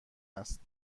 است